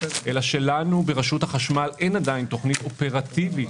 אלא שלנו ברשות החשמל אין עדיין תוכנית אופרטיבית